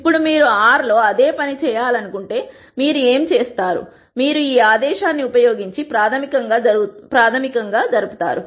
ఇప్పుడు మీరు R లో అదే పని చేయాలనుకుంటే మీరు ఏమి చేస్తారు మీరు ఈ ఆదేశాన్ని ఉపయోగించి ప్రాథమికంగా జరుగుతుంది